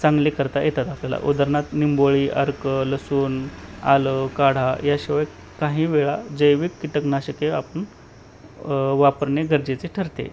चांगले करता येतात आपल्याला उदाहरणार्थ निंबोळी अर्क लसून आलं काढा याशिवाय काही वेळा जैविक कीटकनाशके आपण वापरणे गरजेचे ठरते